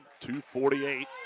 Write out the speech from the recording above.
2:48